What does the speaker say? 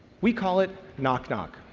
we call it knock knock.